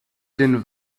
den